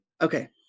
okay